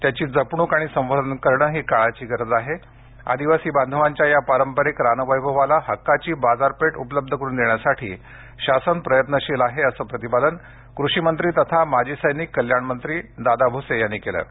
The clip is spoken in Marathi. त्याची जपवणूक आणि संवर्धन करणं ही काळाची गरज आहे आदिवासी बांधवांच्या या पारंपरिक रानवैभवाला हक्काची बाजारपेठ उपलब्ध करून देण्यासाठी शासन प्रयत्नशील आहे असं प्रतिपादन कृषीमंत्री तथा माजी सैनिक कल्याण मंत्री दादा भुसे यांनी केले आहे